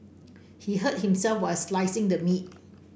he hurt himself while slicing the meat